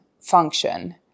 function